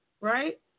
right